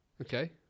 Okay